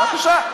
אני אפריע לך כי